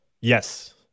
Yes